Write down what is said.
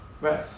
Right